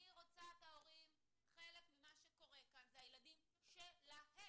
אני רוצה את ההורים חלק ממה שקורה כאן והילדים שלהם.